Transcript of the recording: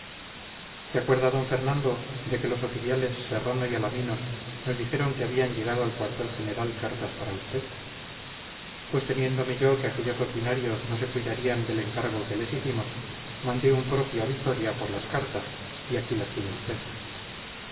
se acuerda d fernando de que los oficiales serrano y alaminos nos dijeron que habían llegado al cuartel general cartas para usted pues temiéndome yo que aquellos loquinarios no se cuidarían del encargo que les hicimos mandé un propio a vitoria por las cartas y aquí las tiene usted